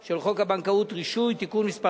של חוק הבנקאות (רישוי) (תיקון מס'